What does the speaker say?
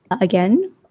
again